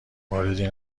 موردی